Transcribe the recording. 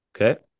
Okay